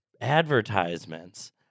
advertisements